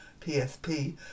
PSP